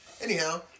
Anyhow